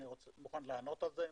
אני מוכן לענות על זה.